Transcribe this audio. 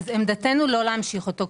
עמדתנו לא להמשיך אותו.